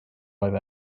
oedd